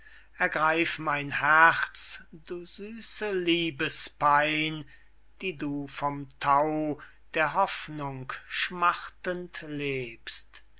ergreif mein herz du süße liebespein die du vom thau der hoffnung schmachtend lebst